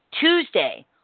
Tuesday